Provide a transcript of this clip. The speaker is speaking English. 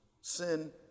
Sin